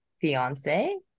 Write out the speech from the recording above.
fiance